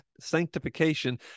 sanctification